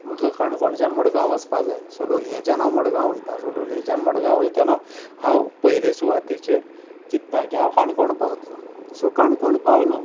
म्हाका काणकोणच्यान मडगांव वचपा जाय सलून हेच्यान हांव मडगांव वयता सो लोलयेच्यान मडगांव वयतना हांव पयले सुवातेचेर हांव चित्तां की काणकोण पावतलो सो काणकोण पावलो